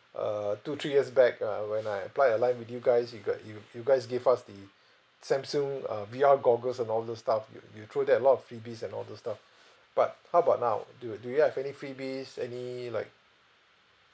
err two three years back uh when I applied a line with you guys you got you you guys give us the Samsung uh V_R goggles and all those stuff you you throw that a lot of freebies and all those stuff but how about now do do you have any freebies any like